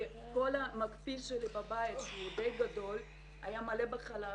כל המקפיא שלי בבית שהוא די גדול היה מלא בחלב,